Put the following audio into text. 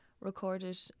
recorded